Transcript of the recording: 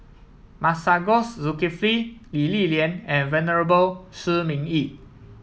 Masagos Zulkifli Lee Li Lian and Venerable Shi Ming Yi